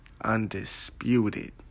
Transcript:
undisputed